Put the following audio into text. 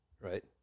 right